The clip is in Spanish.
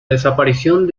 desaparición